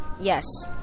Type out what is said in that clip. Yes